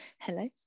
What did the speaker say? Hello